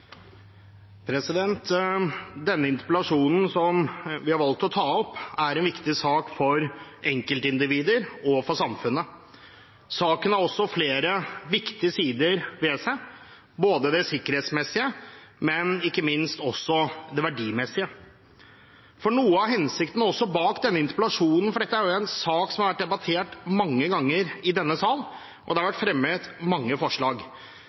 1. Denne interpellasjonen som vi har valgt å ta opp, er en viktig sak for enkeltindivider og for samfunnet. Saken har også flere viktige sider ved seg, både det sikkerhetsmessige og ikke minst det verdimessige. Dette er jo en sak som har vært debattert mange ganger i denne sal, og det har vært fremmet mange forslag,